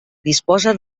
disposa